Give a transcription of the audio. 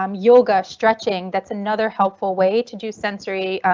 um yoga, stretching. that's another helpful way to do sensory.